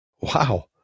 Wow